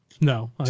No